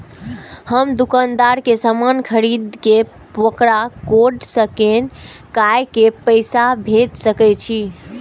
हम दुकानदार के समान खरीद के वकरा कोड स्कैन काय के पैसा भेज सके छिए?